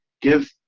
give